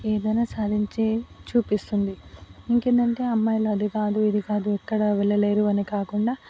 ఏదైనా సాధించే చూపిస్తుంది ఇంకేంటంటే అమ్మాయిలు అది కాదు ఇది కాదు ఎక్కడా వెళ్ళలేరు అని కాకుండా